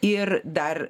ir dar